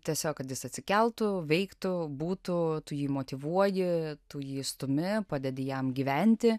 tiesiog kad jis atsikeltų veiktų būtų tu jį motyvuoji tu jį stumi padedi jam gyventi